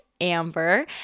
Amber